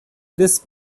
this